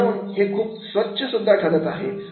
तर म्हणून हे खूप स्वच्छ सुद्धा ठरत आहे